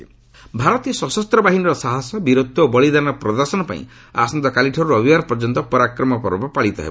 defence Parakram Parv ଭାରତୀୟ ସଶସ୍ତ୍ରବାହିନୀର ସାହସ ବୀରତ୍ୱ ଓ ବଳିଦାନର ପ୍ରଦର୍ଶନ ପାଇଁ ଆସନ୍ତାକାଲିଠାରୁ ରବିବାର ପର୍ଯ୍ୟନ୍ତ ପରାକ୍ରମ ପର୍ବ ପାଳିତ ହେବ